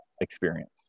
experience